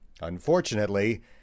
Unfortunately